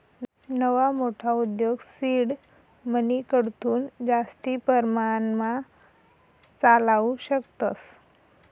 नवा मोठा उद्योग सीड मनीकडथून जास्ती परमाणमा चालावू शकतस